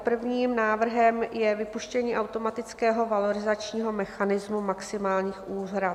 Prvním návrhem je vypuštění automatického valorizačního mechanismu maximálních úhrad.